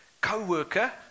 co-worker